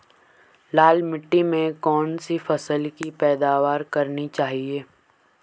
लाल मिट्टी में कौन सी फसल की पैदावार करनी चाहिए?